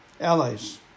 allies